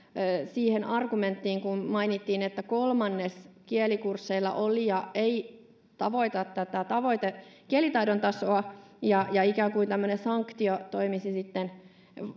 siihen argumenttiin kun mainittiin että kolmannes kielikursseilla olijoista ei tavoita tätä tavoitekielitaidon tasoa ja ja ikään kuin tämmöinen sanktio toimisi sitten